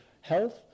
health